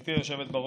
גברתי היושבת בראש,